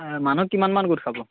অঁ মানুহ কিমানমান গোট খাব